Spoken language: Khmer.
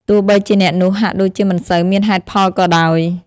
ទោះបីជាអ្នកនោះហាក់ដូចជាមិនសូវមានហេតុផលក៏ដោយ។